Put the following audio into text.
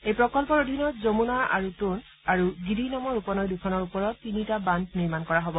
এই প্ৰকন্নৰ অধীনত যমুনা আৰু টোগ আৰু গিৰি নামৰ উপনৈ দুখনৰ ওপৰত তিনিটা বান্ধ নিৰ্মাণ কৰা হব